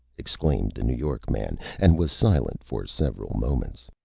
exclaimed the new york man, and was silent for several moments.